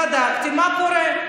בדקתי מה קורה.